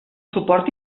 suport